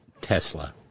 Tesla